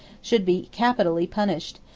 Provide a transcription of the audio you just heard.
should be capitally punished,